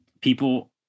People